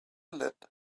let